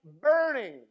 Burning